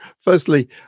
Firstly